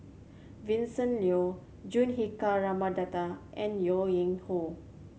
Vincent Leow Juthika Ramanathan and Yuen Yin Hoe